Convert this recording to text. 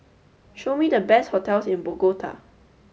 show me the best hotels in Bogota